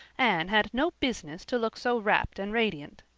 anne had no business to look so rapt and radiant.